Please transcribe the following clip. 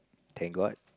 thank god